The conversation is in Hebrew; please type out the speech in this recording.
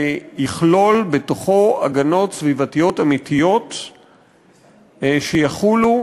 שיכלול הגנות סביבתיות אמיתיות שיחולו